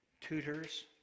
tutors